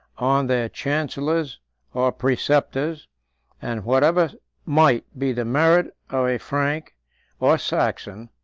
on their chancellors or preceptors and whatever might be the merit of a frank or saxon,